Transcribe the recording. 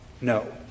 No